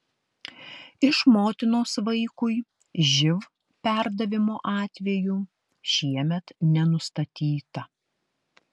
iš motinos vaikui živ perdavimo atvejų šiemet nenustatyta